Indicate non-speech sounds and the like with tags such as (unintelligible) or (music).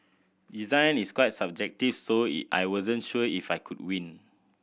design is quite subjective so (unintelligible) I wasn't sure if I could win